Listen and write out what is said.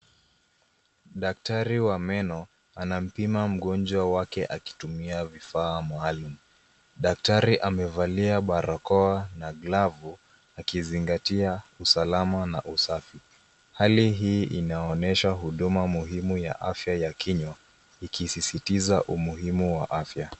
Daktari wa meno anampima mgonjwa wake akitumia vifaa maalum. Daktari amevalia barakoa na glavu akizingatia usalama na usafi. Hali hii inaonyesha huduma muhimu ya afya ya kinywa ikisisitiza umuhimu wa afya.